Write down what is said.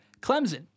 Clemson